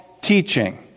teaching